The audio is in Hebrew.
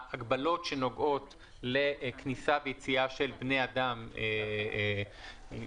ההגבלות שנוגעות לכניסה ויציאה של בני אדם לישראל